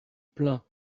plaint